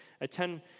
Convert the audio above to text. attend